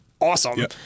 awesome